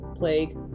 plague